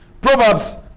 Proverbs